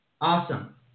Awesome